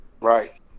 right